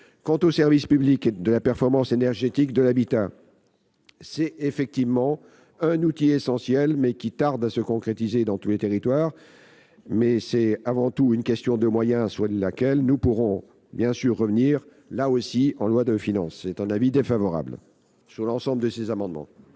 Quant au service public de la performance énergétique de l'habitat, il s'agit effectivement d'un outil essentiel, mais qui tarde à se concrétiser dans tous les territoires. C'est avant tout une question de moyens, sur laquelle nous pourrons bien sûr revenir en loi de finances. La commission a émis un avis défavorable sur ces cinq amendements